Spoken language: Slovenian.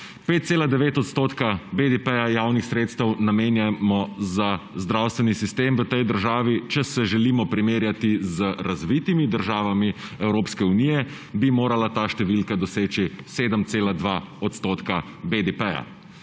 5,9 odstotka BDP javnih sredstev namenjamo za zdravstveni sistem v tej državi. Če se želimo primerjati z razvitimi državami Evropske unije, bi morala ta številka doseči 7,2 odstotka BDP.